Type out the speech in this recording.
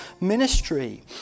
ministry